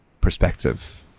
perspective